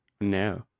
No